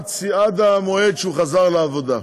עד המועד שהוא חזר לעבודה.